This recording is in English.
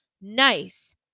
nice